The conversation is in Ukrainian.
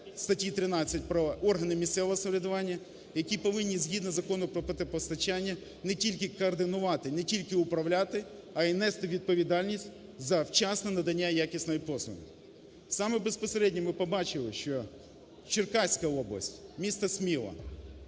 статті 13 про органи місцевого самоврядування, які повинні згідно Закону про теплопостачання не тільки координувати, не тільки управляти, а й нести відповідальність за вчасне надання якісної послуги. Саме безпосередньо ми побачили, що Черкаська область (місто Сміла),